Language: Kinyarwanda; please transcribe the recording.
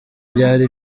byari